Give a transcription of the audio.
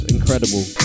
Incredible